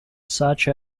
such